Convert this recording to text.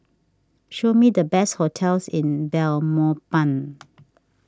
show me the best hotels in Belmopan